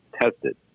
tested